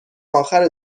اخر